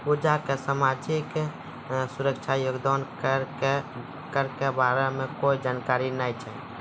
पूजा क सामाजिक सुरक्षा योगदान कर के बारे मे कोय जानकारी नय छै